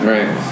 Right